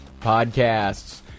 podcasts